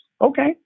Okay